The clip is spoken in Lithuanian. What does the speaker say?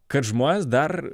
kad žmonės dar